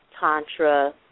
Tantra